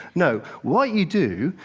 no, what you do,